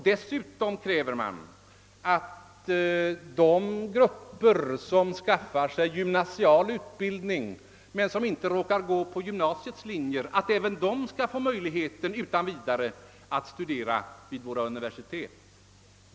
Dessutom krävs att även de grupper som skaffat sig gymnasial utbildning men som inte råkar ha gått på gymnasiets linjer skall få möjlighet att utan vidare studera vid våra universitet.